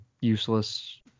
useless